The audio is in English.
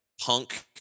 punk